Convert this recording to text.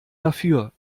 dafür